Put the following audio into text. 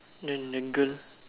then the girl